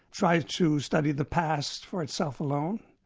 tries to study the past for itself alone.